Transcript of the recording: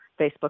Facebook